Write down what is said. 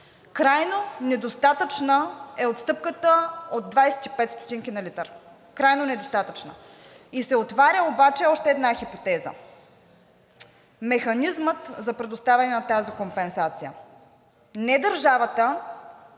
Крайно недостатъчна е отстъпката от 25 стотинки на литър. Крайно недостатъчна! Отваря се обаче още една хипотеза – механизмът за предоставяне на тази компенсация. Не държавата,